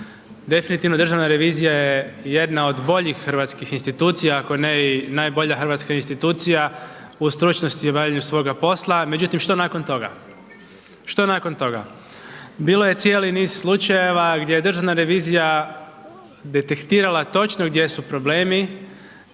definitivno Državna revizija je jedna od boljih hrvatskih institucija, ako ne i najbolja hrvatska institucija u stručnosti obavljanja svoga posla, međutim, što nakon toga, što nakon toga? Bilo je cijeli niz slučajeva gdje je Državna revizija detektirala točno gdje su problemi,